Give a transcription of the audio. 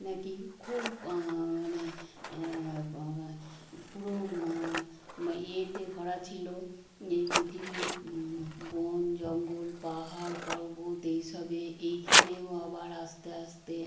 নাকি খুব মানে পুরো ইয়েতে ভরা ছিলো এই পৃথিবী বন জঙ্গল পাহাড় পর্বত এই সবে এইখানেও আবার আস্তে আস্তে